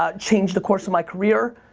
ah changed the course of my career.